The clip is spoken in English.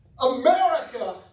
America